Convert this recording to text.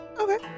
Okay